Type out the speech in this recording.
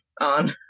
on